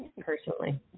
personally